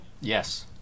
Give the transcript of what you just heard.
Yes